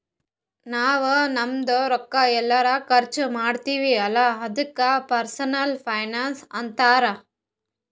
ನಾವ್ ನಮ್ದು ರೊಕ್ಕಾ ಎಲ್ಲರೆ ಖರ್ಚ ಮಾಡ್ತಿವಿ ಅಲ್ಲ ಅದುಕ್ನು ಪರ್ಸನಲ್ ಫೈನಾನ್ಸ್ ಅಂತಾರ್